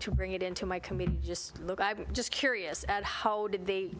to bring it into my committee just look i'm just curious at how did they